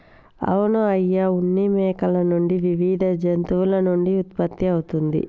అవును అయ్య ఉన్ని మేకల నుండి వివిధ జంతువుల నుండి ఉత్పత్తి అవుతుంది